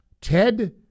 Ted